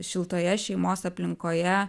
šiltoje šeimos aplinkoje